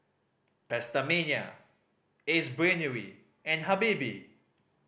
PastaMania Ace Brainery and Habibie